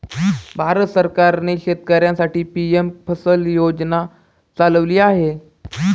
भारत सरकारने शेतकऱ्यांसाठी पी.एम फसल विमा योजना चालवली आहे